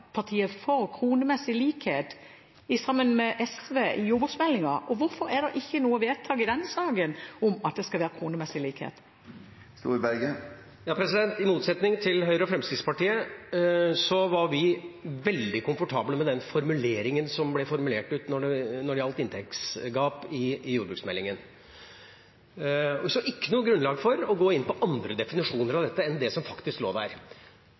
for kronemessig likhet sammen med SV i forbindelse med jordbruksmeldingen, og hvorfor er det ikke noe vedtak i denne saken om at det skal være kronemessig likhet? I motsetning til Høyre og Fremskrittspartiet var vi veldig komfortable med den formuleringen som ble laget når det gjaldt inntektsgap i forbindelse med jordbruksmeldingen. Vi så ikke noe grunnlag for å gå inn på andre definisjoner av dette enn det som faktisk